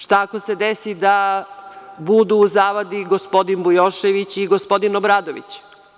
Šta ako se desi da budu u zavadi gospodin Bujošević i gospodin Obradović?